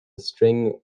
string